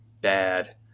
bad